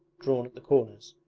drawn at the corners,